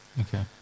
Okay